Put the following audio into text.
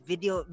Video